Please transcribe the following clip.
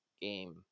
game